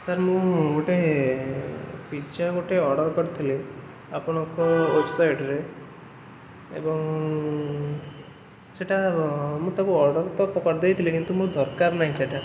sir ମୁଁ ଗୋଟେ pizza ଗୋଟେ ଅର୍ଡ଼ର୍ କରିଥିଲି ଆପଣଙ୍କ ୱେବସାଇଟ୍ରେ ଏବଂ ସେଇଟା ମୁଁ ତାକୁ ଅର୍ଡ଼ର୍ ତ କରି ଦେଇଥିଲି କିନ୍ତୁ ମୋର ଦରକାର ନାହିଁ ସେଇଟା